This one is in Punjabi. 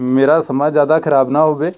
ਮੇਰਾ ਸਮਾਂ ਜ਼ਿਆਦਾ ਖ਼ਰਾਬ ਨਾ ਹੋਵੇ